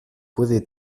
puede